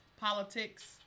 politics